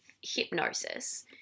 hypnosis